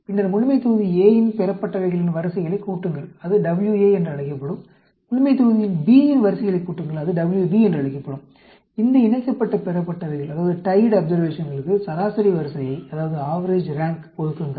பின்னர் முழுமைத்தொகுதி A இன் பெறப்பட்டவைகளின் வரிசைகளைக் கூட்டுங்கள் அது WA என்று அழைக்கப்படும் முழுமைத்தொகுதி B இன் வரிசைகளைக் கூட்டுங்கள் அது WB என்று அழைக்கப்படும் இந்த இணைக்கப்பட்ட பெறப்பட்டவைகளுக்கு சராசரி வரிசையை ஒதுக்குங்கள்